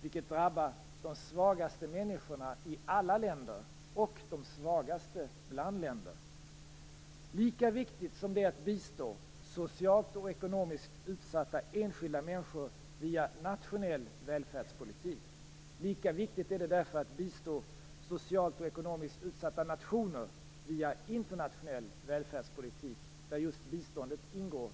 Det drabbar de svagaste människorna i alla länder och de svagaste bland länder. Lika viktigt som det är att bistå socialt och ekonomiskt utsatta enskilda människor via nationell välfärdspolitik, är det därför att bistå socialt och ekonomiskt utsatta nationer via internationell välfärdspolitik. Där ingår just biståndet